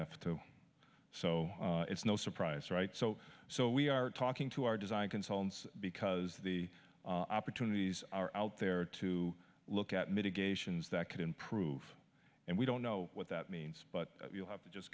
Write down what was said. have to so it's no surprise right so so we are talking to our design consultants because the opportunities are out there to look at mitigations that could improve and we don't know what that means but you have to just